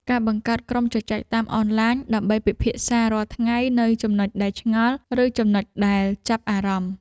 ការបង្កើតក្រុមជជែកតាមអនឡាញ ដើម្បីពិភាក្សារាល់ថ្ងៃនូវចំណុចដែលឆ្ងល់ ឬចំណុចដែលចាប់អារម្មណ៍។